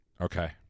Okay